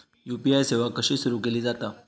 UPI सेवा कशी सुरू केली जाता?